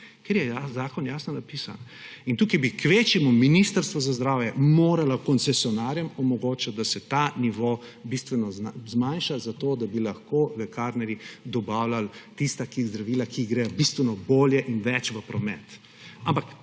Ker je zakon jasno napisan. In tukaj bi kvečjemu Ministrstvo za zdravje moralo koncesionarjem omogočati, da se ta nivo bistveno zmanjša, zato da bi lahko lekarnarji dobavljali tista zdravila, ki gredo bistveno bolje in več v promet.